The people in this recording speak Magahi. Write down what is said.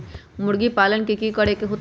मुर्गी पालन ले कि करे के होतै?